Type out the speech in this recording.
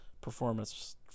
performance